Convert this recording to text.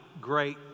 great